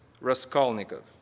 Raskolnikov